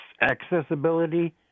accessibility